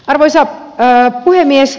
arvoisa puhemies